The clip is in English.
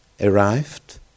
arrived